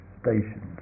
stations